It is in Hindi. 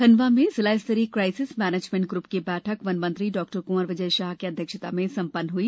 खण्डवा में जिला स्तरीय क्राइसिस मेनेजमेंट ग्रूप की बैठक वन मंत्री डॉ कुंवर विजय शाह की अध्यक्षता में सम्पन्न हुई